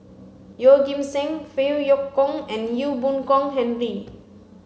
Yeoh Ghim Seng Phey Yew Kok and Ee Boon Kong Henry